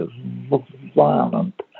violent